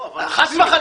לא, אבל עובדים.